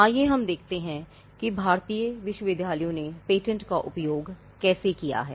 आइए हम देखते हैं कि भारतीय विश्वविद्यालयों ने पेटेंट का उपयोग कैसे किया है